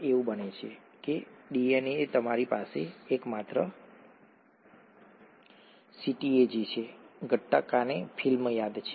એવું બને છે કે ડીએનએમાં તમારી પાસે એકમાત્ર સીટીએજી છે ગટ્ટાકાને ફિલ્મ યાદ છે